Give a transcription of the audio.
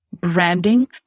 branding